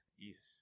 Jesus